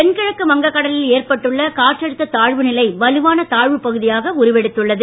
தென்கிழக்கு வங்கக்கடலில் ஏற்பட்டுள்ள காற்றழுத்த தாழ்வுநிலை வலுவான தாழ்வு பகுதியாக உருவெடுத்துள்ளது